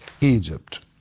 Egypt